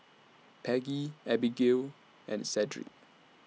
Peggie Abigayle and Sedrick